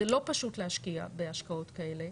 זה לא פשוט להשקיע בהשקעות כאלה,